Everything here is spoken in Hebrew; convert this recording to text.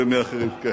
ומאחרים.